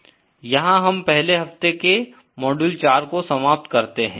यहाँ हम पहले हफ्ते के मॉड्यूल 4 को समाप्त करते हैं